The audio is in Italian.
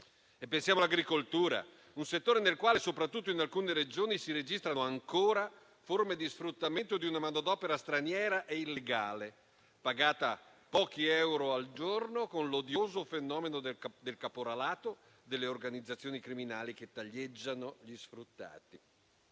Pensiamo all'agricoltura, un settore nel quale, soprattutto in alcune Regioni, si registrano ancora forme di sfruttamento di una manodopera straniera e illegale, pagata pochi euro al giorno, con l'odioso fenomeno del caporalato e delle organizzazioni criminali che taglieggiano gli sfruttati.